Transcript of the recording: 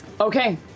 Okay